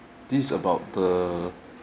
this about the